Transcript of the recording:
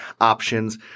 options